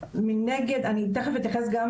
אני תיכף אתייחס גם